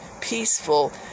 peaceful